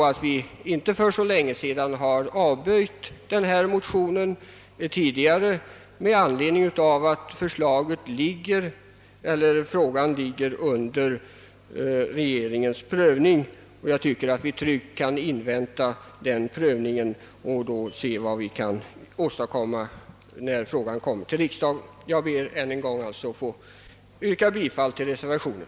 För inte så länge sedan avfärdade vi den här motionen med hänvisning till att frågan ligger under regeringens prövning. Jag tycker att vi tryggt kan invänta resultatet av den prövningen och se vad vi kan åstadkomma när frågan sedan kommer till riksdagen. Jag ber än en gång att få yrka bifall till reservationen.